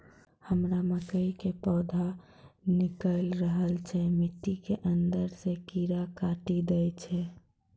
हमरा मकई के पौधा निकैल रहल छै मिट्टी के अंदरे से कीड़ा काटी दै छै?